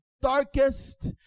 darkest